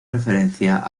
referencia